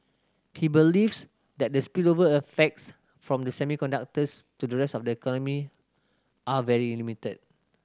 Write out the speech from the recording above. he believes that the spillover effects from semiconductors to the rest of the economy are very limited